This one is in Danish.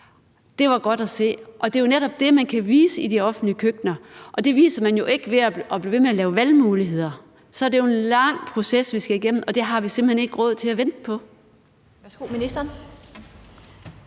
Det var godt at se. Det er jo netop det, man kan vise i de offentlige køkkener, og det viser man jo ikke ved at blive ved med at lave valgmuligheder. Så er det jo en lang proces, vi skal igennem, og det har vi simpelt hen ikke råd til at vente på. Kl. 15:41 Den